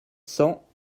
cents